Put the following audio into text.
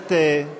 הכנסת כן,